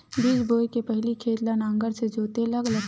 बीज बोय के पहिली खेत ल नांगर से जोतेल लगथे?